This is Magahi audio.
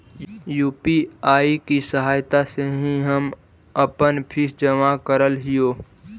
यू.पी.आई की सहायता से ही हम अपन फीस जमा करअ हियो